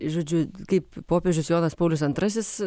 žodžiu kaip popiežius jonas paulius antrasis